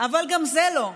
אבל גם זה לא.